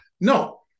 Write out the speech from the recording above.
No